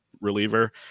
reliever